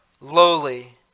lowly